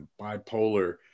bipolar